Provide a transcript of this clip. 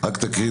מה לגבי